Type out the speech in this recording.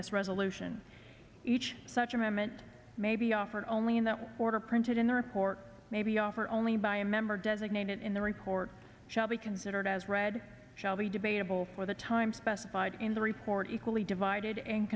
this resolution each such amendment may be offered only in that order printed in the report may be offer only by a member designated in the record shall be considered as read shall be debatable for the time specified in the report equally divided and